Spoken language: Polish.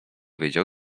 wiedział